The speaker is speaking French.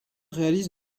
réalise